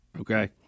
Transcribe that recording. Okay